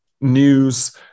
news